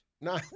No